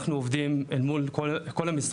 אנחנו עובדים אל מול כל המשרדים,